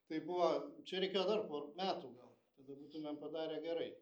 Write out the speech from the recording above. tai buvo čia reikėjo dar por metų gal tada būtumėm padarę gerai